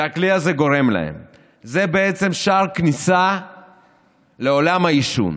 זה בעצם שער כניסה לעולם העישון.